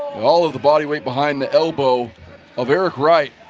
all of the body weight behind the elbow of eric right